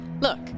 look